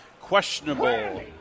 questionable